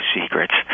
secrets